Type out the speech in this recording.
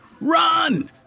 Run